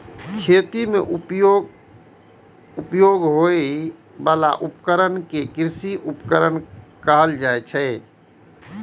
खेती मे उपयोग होइ बला उपकरण कें कृषि उपकरण कहल जाइ छै